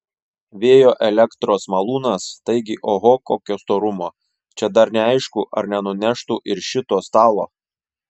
vėjo elektros malūnas taigi oho kokio storumo čia dar neaišku ar nenuneštų ir šito stalo